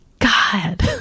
God